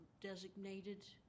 designated